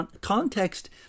Context